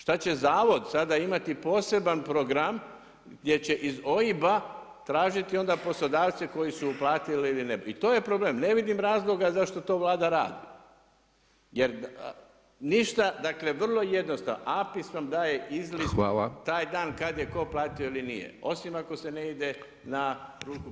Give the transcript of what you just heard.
Šta će zavod sada imati poseban program gdje će iz OIB-a tražiti onda poslodavce koji su uplatili ili i to je problem. ne vidim razloga zašto to Vlada radi jer ništa, dakle vrlo jednostavno APIS vam daje izlist taj dan kada je tko platio ili nije, osim ako se ne ide na ruku poslodavcu.